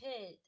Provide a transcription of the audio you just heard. kid